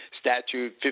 statute